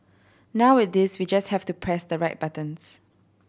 now with this we just have to press the right buttons